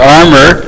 armor